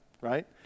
right